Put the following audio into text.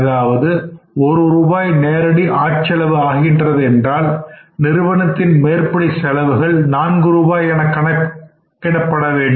அதாவது ஒரு ரூபாய் நேரடி ஆட்செலவு ஆகின்றது என்றால் நிறுவனத்தின் மேற்படி செலவுகள் நான்கு ரூபாய் என கணக்கிடப்பட வேண்டும்